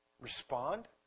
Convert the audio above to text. respond